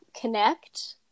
connect